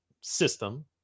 system